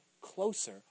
closer